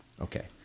Okay